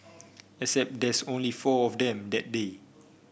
except there's only four of them that day